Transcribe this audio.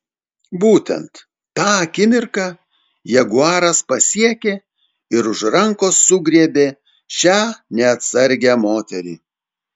būtent tą akimirką jaguaras pasiekė ir už rankos sugriebė šią neatsargią moterį